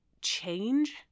change